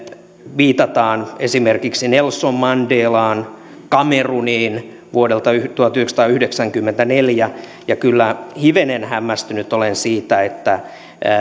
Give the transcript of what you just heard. viitataan esimerkiksi nelson mandelaan ja kameruniin vuodelta tuhatyhdeksänsataayhdeksänkymmentäneljä ja kyllä hivenen hämmästynyt olen siitä